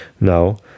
Now